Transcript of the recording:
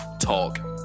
Talk